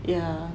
yeah